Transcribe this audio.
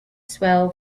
swell